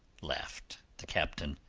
laughed the captain.